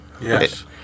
yes